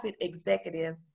executive